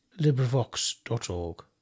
LibriVox.org